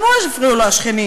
גם הוא, הפריעו לו השכנים.